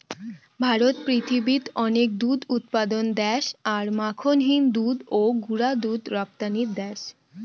ভারত পৃথিবীত অনেক দুধ উৎপাদন দ্যাশ আর মাখনহীন দুধ ও গুঁড়া দুধ রপ্তানির দ্যাশ